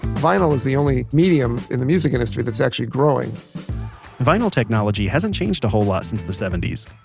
vinyl is the only medium in the music industry that's actually growing vinyl technology hasn't changed a whole lot since the seventy s.